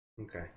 okay